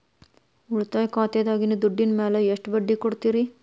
ಉಳಿತಾಯ ಖಾತೆದಾಗಿನ ದುಡ್ಡಿನ ಮ್ಯಾಲೆ ಎಷ್ಟ ಬಡ್ಡಿ ಕೊಡ್ತಿರಿ?